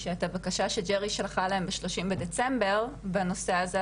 שאת הבקשה שג'רי שלחה להם ב-30 בדצמבר בנושא הזה,